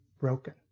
broken